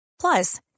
Plus